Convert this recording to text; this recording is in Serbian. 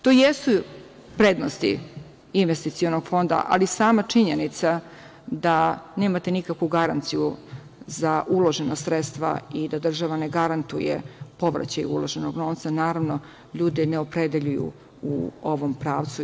To jesu prednosti investicionog fonda, ali sama činjenica da nemate nikakvu garanciju za uložena sredstva i da država ne garantuje povraćaj uloženog novca, naravno, ljude ne opredeljuje u ovom pravcu.